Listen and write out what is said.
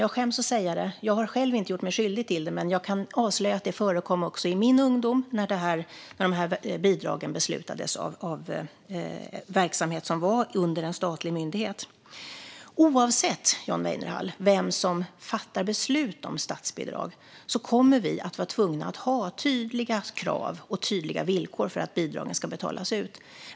Jag skäms för att säga det, och jag har själv inte gjort mig skyldig till det, men jag kan avslöja att detta förekom också i min ungdom när de här bidragen beslutades av verksamhet som låg under en statlig myndighet. Oavsett vem som fattar beslut om statsbidrag, John Weinerhall, kommer vi att vara tvungna att ha tydliga krav och tydliga villkor för att bidragen ska betalas ut.